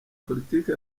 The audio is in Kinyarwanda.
politike